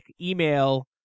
email